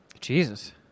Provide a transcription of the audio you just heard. Jesus